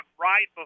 right